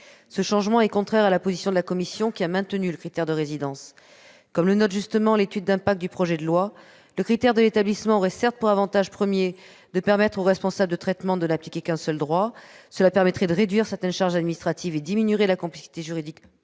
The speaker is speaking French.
Ce changement est contraire à la position de la commission, qui a maintenu le critère de résidence. Comme le note justement l'étude d'impact du projet de loi, le « critère de l'établissement » aurait certes pour avantage premier de permettre au responsable de traitement de n'appliquer qu'un seul droit- cela permettrait de réduire certaines charges administratives et diminuerait la complexité juridique